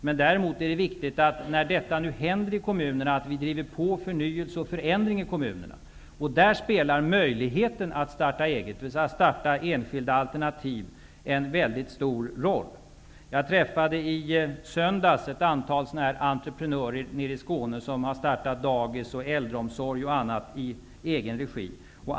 Det är däremot viktigt att vi driver på förnyelse och förändring i kommunerna när detta nu händer. Där spelar möjligheten att starta eget, dvs. att starta enskilda alternativ, en mycket stor roll. I söndags träffade jag ett antal sådana entreprenörer nere i Skåne. De har startat dagis, äldreomsorg och annat i egen regi.